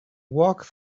walk